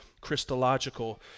Christological